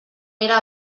era